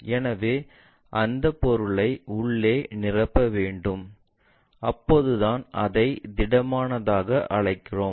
எனவே அந்த பொருளை உள்ளே நிரப்ப வேண்டும் அப்போதுதான் அதை திடமானதாக அழைப்போம்